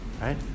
right